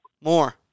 more